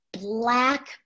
black